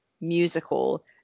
musical